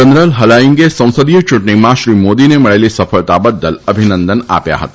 general હલાઇંગે સંસદીય ચૂંટણીમાં શ્રી મોદીને મળેલી સફળતા બદલ અભિનંદન આપ્યા હતા